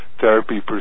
therapy